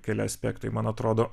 keli aspektai man atrodo